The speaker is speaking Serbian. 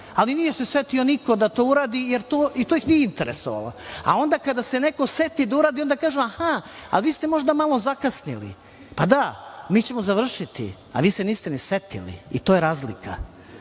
ali nije se setio niko da to uradi, jer to ih nije interesovalo, a onda kada se neko seti da uradi, onda kažu – aha, a vi ste možda malo zakasnili. Pa, da, mi ćemo završiti, a vi se niste ni setili i to je